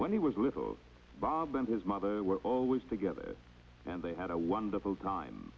when he was little bob and his mother were always together and they had a wonderful time